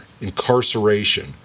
incarceration